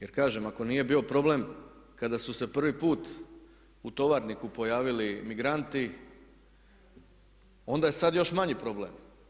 Jer kažem ako nije bio problem kada su se prvi put u Tovarniku pojavili migranti onda je sad još manji problem.